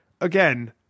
again